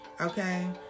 okay